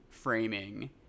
Framing